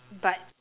but